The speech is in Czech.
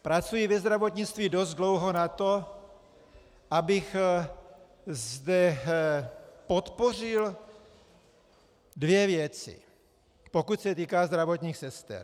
Pracuji ve zdravotnictví dost dlouho na to, abych zde podpořil dvě věci, pokud se týká zdravotních sester.